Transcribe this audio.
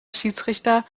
schiedsrichter